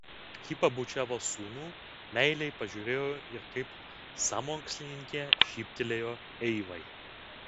ji pabučiavo sūnų meiliai pažiūrėjo ir kaip sąmokslininkė šyptelėjo eivai